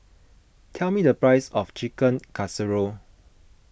tell me the price of Chicken Casserole